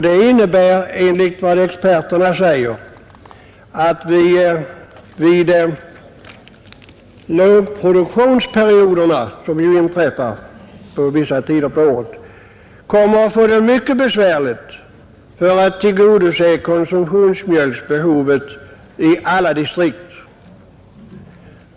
Det innebär enligt vad experterna säger att vi under lågproduktionsperioderna som ju inträffar vissa tider på året kommer att få det mycket besvärligt för att tillgodose konsumtionsmjölksbehovet i alla distrikt.